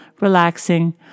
relaxing